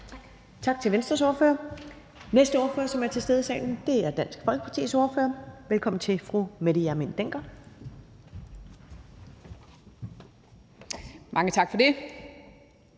Tak til Venstres ordfører. Næste ordfører, som er til stede i salen, er Dansk Folkepartis ordfører. Velkommen til fru Mette Hjermind Dencker. Kl.